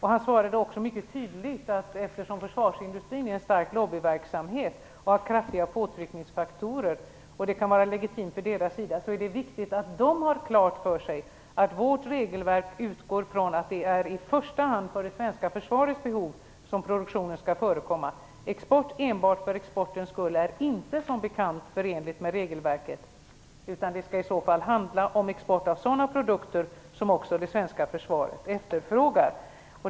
Han svarade också mycket tydligt att eftersom försvarsindustrin ägnar sig mycket intensivt åt lobbyverksamhet och utnyttjar kraftfulla påtryckningsfaktorer, vilket kan vara legitimt från dess sida, är det viktigt att man där har klart för sig att vårt regelverk utgår ifrån att det är i första hand för det svenska försvarets behov som produktionen skall förekomma. Export enbart för exportens skull är som bekant inte förenlig med regelverket, utan det skall i så fall handla om export av sådana produkter som också det svenska försvaret efterfrågar.